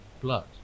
blood